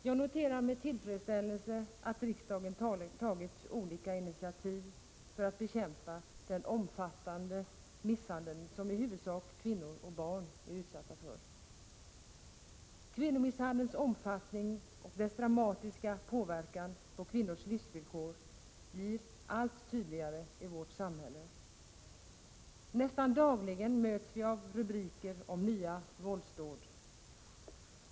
Jag noterar med tillfredsställelse att riksdagen tagit olika initiativ för att bekämpa den omfattande misshandel som i huvudsak kvinnor och barn är utsatta för. Kvinnomisshandelns omfattning och dess dramatiska påverkan på kvinnors livsvillkor blir allt tydligare i vårt samhälle. Nästan dagligen möts vi av rubriker om nya våldsdåd.